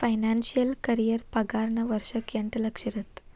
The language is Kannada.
ಫೈನಾನ್ಸಿಯಲ್ ಕರಿಯೇರ್ ಪಾಗಾರನ ವರ್ಷಕ್ಕ ಎಂಟ್ ಲಕ್ಷ ಇರತ್ತ